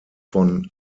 von